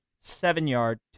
seven-yard